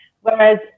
Whereas